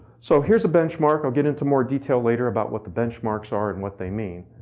so, here's a benchmark. i'll get into more detail later, about what the benchmarks are and what they mean.